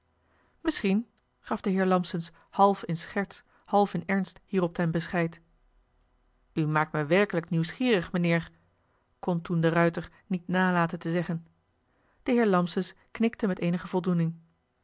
misschien gaf de heer lampsens half in scherts half in ernst hierop ten bescheid u maakt mij werkelijk nieuwsgierig mijnheer kon toen de ruijter niet nalaten te zeggen de heer lampsens knikte met eenige voldoening